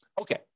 Okay